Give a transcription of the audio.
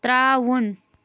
ترٛاوُن